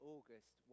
August